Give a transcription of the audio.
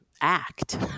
act